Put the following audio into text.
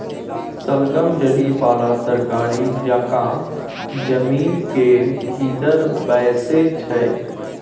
शलगम जरि बला तरकारी जकाँ जमीन केर भीतर बैसै छै